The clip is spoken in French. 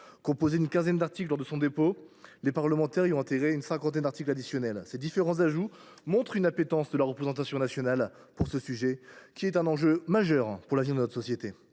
composé d’une quinzaine d’articles lors de son dépôt, les parlementaires ont intégré une cinquantaine d’articles additionnels. Ces différents ajouts montrent une appétence de la représentation nationale pour ce sujet, qui est un enjeu essentiel pour notre vie en société.